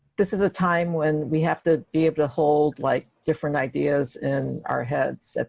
this is a time when we have to be able to hold like different ideas in our heads.